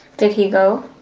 did he go?